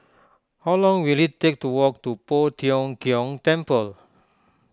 how long will it take to walk to Poh Tiong Kiong Temple